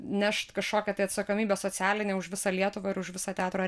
nešt kažkokią tai atsakomybę socialinę už visą lietuvą ir už visą teatro